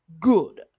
good